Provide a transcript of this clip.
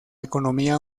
economía